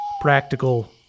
practical